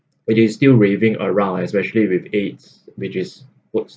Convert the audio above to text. it is still raving around especially with aids which is works